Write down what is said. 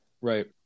Right